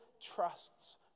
trusts